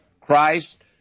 Christ